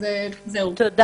תודה.